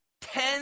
ten